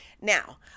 Now